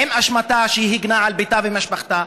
האם אשמתה שהיא הגנה על ביתה ומשפחתה?